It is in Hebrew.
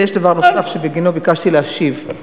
אבל יש דבר נוסף שבגינו ביקשתי להשיב.